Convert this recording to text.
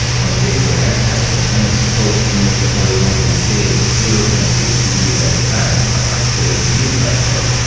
on paper, um mcas was only supposed to move the horizontal tail zero point six degrees at a time but after a few flight tests,